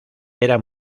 era